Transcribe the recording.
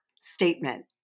statement